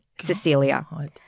Cecilia